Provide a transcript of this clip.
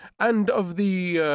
and of the